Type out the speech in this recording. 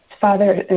Father